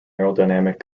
aerodynamic